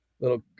little